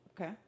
Okay